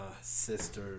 sister